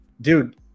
dude